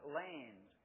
land